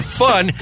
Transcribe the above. fun